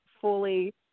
fully –